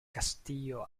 castillo